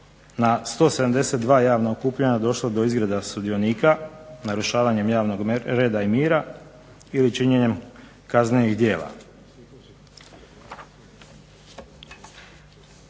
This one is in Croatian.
na 172 javna okupljanja došlo do izgreda sudionika narušavanjem javnog reda i mira ili činjenjem kaznenih djela.